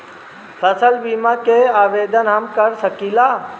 फसल बीमा के आवेदन हम कर सकिला?